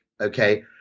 okay